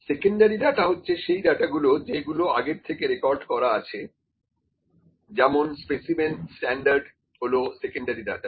secondary data হচ্ছে সেই data গুলো যে গুলো আগের থেকে রেকর্ড করা আছে যেমন স্পেসিমেন স্ট্যান্ডার্ড হল সেকেন্ডারি ডাটা